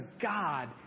God